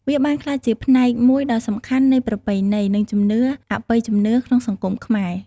វាបានក្លាយជាផ្នែកមួយដ៏សំខាន់នៃប្រពៃណី និងជំនឿអបិយជំនឿក្នុងសង្គមខ្មែរ។